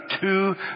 two